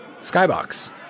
Skybox